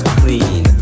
clean